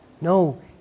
No